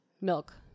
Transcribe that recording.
Milk